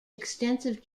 extensive